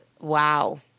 Wow